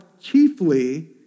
chiefly